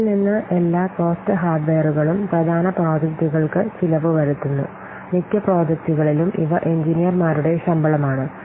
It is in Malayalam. ഇതിൽ നിന്ന് എല്ലാ കോസ്റ്റ് ഹാർഡ്വെയറുകളും പ്രധാന പ്രോജക്റ്റുകൾക്ക് ചിലവ് വരുത്തുന്നു മിക്ക പ്രോജക്റ്റുകളിലും ഇവ എഞ്ചിനീയർമാരുടെ ശമ്പളം ആണ്